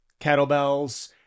kettlebells